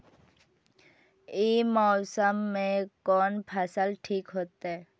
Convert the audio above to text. ई मौसम में कोन फसल ठीक होते?